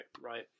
Right